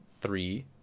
three